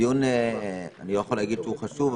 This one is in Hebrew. אני יכול להגיד שהדיון חשוב,